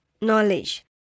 Knowledge